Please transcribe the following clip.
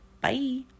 Bye